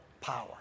power